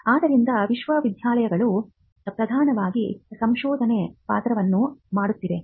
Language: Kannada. ಆದ್ದರಿಂದ ವಿಶ್ವವಿದ್ಯಾಲಯಗಳು ಪ್ರಧಾನವಾಗಿ ಸಂಶೋಧನೆಯ ಪಾತ್ರವನ್ನು ಮಾಡುತ್ತಿವೆ